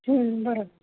बरं